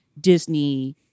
Disney